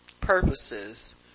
purposes